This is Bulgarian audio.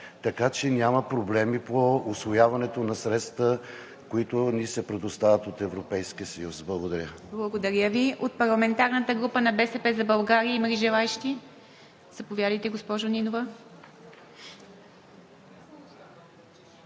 така че няма проблеми по усвояването на средствата, които ни се предоставят от Европейския съюз. Благодаря. ПРЕДСЕДАТЕЛ ИВА МИТЕВА: Благодаря Ви. От парламентарната група на „БСП за България“ има ли желаещи? Заповядайте, госпожо Нинова.